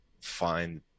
find